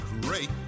great